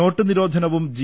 not നിരോധനവും G